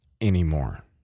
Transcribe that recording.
anymore